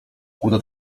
chuda